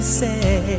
say